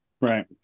right